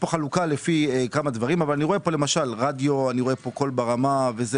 חלוקה לפי כמה דברים, אבל למשל, רדיו קול ברמה.